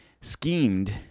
schemed